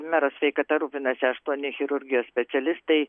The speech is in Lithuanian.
mero sveikata rūpinasi aštuoni chirurgijos specialistai